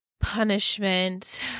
Punishment